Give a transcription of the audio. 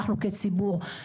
אנחנו, כציבור,